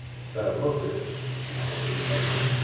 set up most of it now. we'll restart again